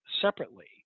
separately